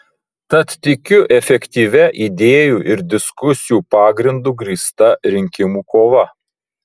tad tikiu efektyvia idėjų ir diskusijų pagrindu grįsta rinkimų kova